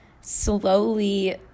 slowly